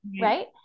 Right